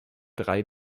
drei